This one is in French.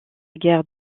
guerre